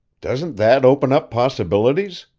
doesn't that open up possibilities?